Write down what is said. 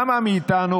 כמה מאיתנו,